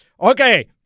Okay